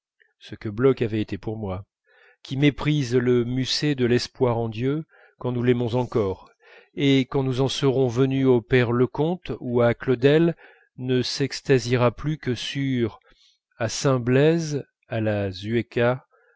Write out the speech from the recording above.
qui méprise le musset de l'espoir en dieu quand nous l'aimons encore et quand nous en serons venus au père leconte ou à claudel ne s'extasiera plus que sur à saint blaise à la